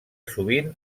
sovint